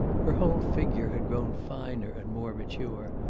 her whole figure had grown finer and more mature,